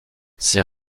ses